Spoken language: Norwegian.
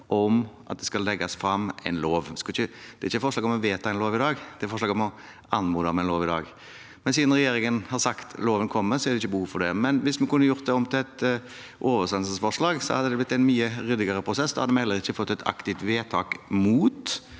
om at det skal legges fram en lov. Det er ikke forslag om å vedta en lov i dag; det er forslag om å anmode om en lov i dag. Siden regjeringen har sagt at loven kommer, er det ikke behov for det. Hvis vi kunne gjort det om til et oversendelsesforslag, hadde det blitt en mye ryddigere prosess. Da hadde vi heller ikke fått et aktivt vedtak mot